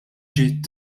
ġiet